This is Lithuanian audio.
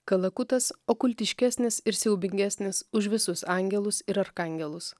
kalakutas okultiškesnis ir siaubingesnis už visus angelus ir arkangelus